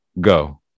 Go